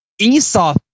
Esau